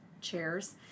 chairs